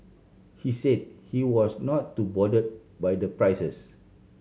he said he was not too bothered by the prices